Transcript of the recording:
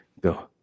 go